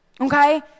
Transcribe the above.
Okay